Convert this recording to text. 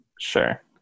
Sure